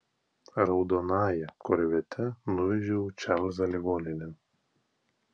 raudonąja korvete nuvežiau čarlzą ligoninėn